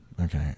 Okay